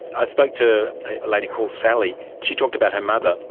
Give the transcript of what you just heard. i spoke to a lady called sally, she talked about her mother.